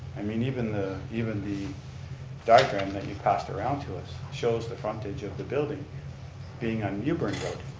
i mean even the even the diagram that you passed around to us shows the frontage of the building being on mewburn road.